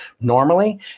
normally